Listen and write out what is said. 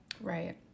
Right